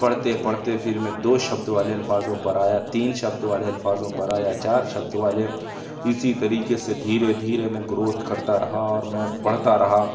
پڑھتے پڑھتے پھر میں دو شبد والے الفاظوں پر آیا تین شبد والے الفاظوں پر آیا چار شبد والے اِسی طریقے سے دھیرے دھیرے میں گروتھ کرتا رہا اور میں پڑھتا رہا